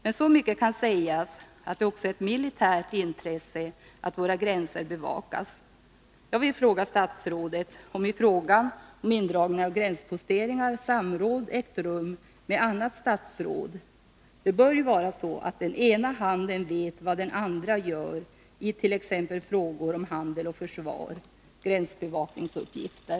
Men så mycket kan sägas att det också är ett militärt intresse att våra gränser bevakas. Jag vill beträffande mitt spörsmål om indragning av gränsposteringar fråga statsrådet, om samråd ägt rum med annat statsråd. Det bör ju vara så att den ena handen vet vad den andra gör t.ex. när det gäller handel, försvar och gränsbevakningsuppgifter.